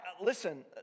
Listen